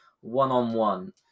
one-on-one